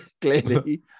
clearly